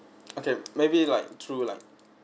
okay maybe like through like